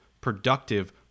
productive